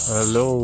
Hello